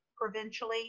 provincially